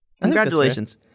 Congratulations